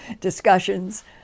discussions